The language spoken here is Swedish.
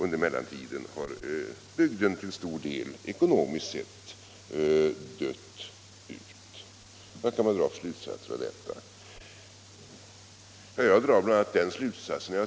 Under mellantiden har bygden till stor del, ekonomiskt sett, dött ut. Vad kan man dra för slutsatser av detta?